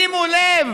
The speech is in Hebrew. שימו לב